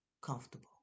comfortable